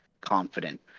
confident